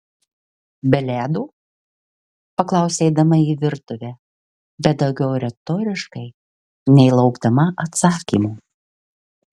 be ledo paklausė eidama į virtuvę bet daugiau retoriškai nei laukdama atsakymo